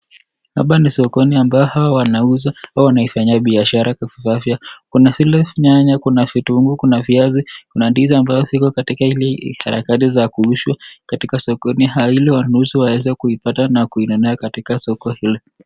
Hapa ni sokoni ambao hawa wanauza au wanaifanya biashara kiafya. Kuna vile nyanya, kuna kitunguu ,kuna viazi ,kuna ndizi ambayo ziko katika halakati za kuuzwa ,katika sokoni hali hiyo wanauza waweze kuipata katika soko hilo.